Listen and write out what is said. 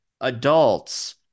adults